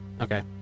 Okay